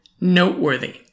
noteworthy